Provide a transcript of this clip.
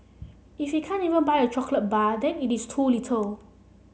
if he can't even buy a chocolate bar then it is too little